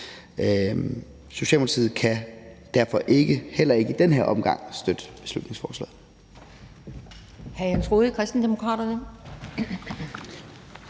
Socialdemokratiet kan derfor ikke, heller ikke i den her omgang, støtte beslutningsforslaget.